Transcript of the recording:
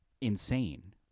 insane